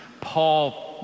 Paul